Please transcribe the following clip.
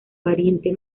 pariente